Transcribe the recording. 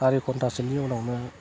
सारि घन्थासोनि उनावनो